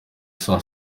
saa